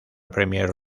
premier